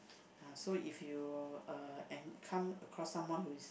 uh so if you uh and come across someone who is